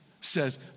says